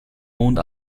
mond